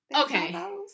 okay